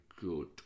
good